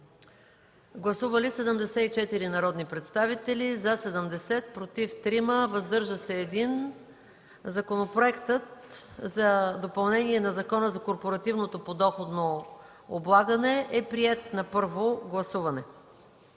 Гласували 74 народни представители: за 70, против 3, въздържал се 1. Законопроектът за допълнение на Закона за корпоративното подоходно облагане е приет на първо гласуване.